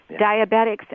Diabetics